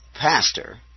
pastor